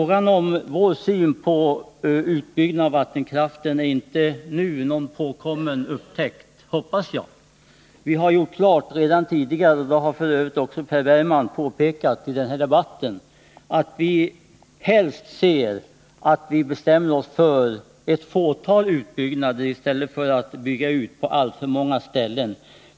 Vår syn på utbyggnad av vattenkraften är inte något nytt påkommet, och det hoppas jag vi har gjort klart tidigare. F. ö. har också Per Bergman under debatten påpekat att vi helst ser att man bestämmer sig för ett fåtal utbyggnader i stället för att bygga ut på alltför många ställen.